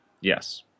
Yes